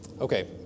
Okay